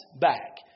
back